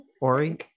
Ori